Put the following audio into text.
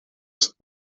ist